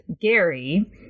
Gary